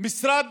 משרד